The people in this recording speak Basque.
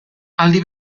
aldi